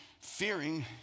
fearing